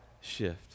shift